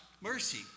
mercy